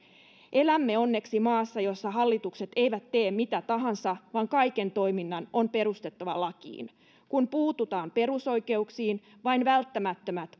elämme onneksi maassa jossa hallitukset eivät tee mitä tahansa vaan kaiken toiminnan on perustuttava lakiin kun puututaan perusoikeuksiin vain välttämättömät